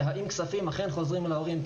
והאם כספים אכן חוזרים להורים?